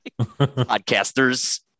Podcasters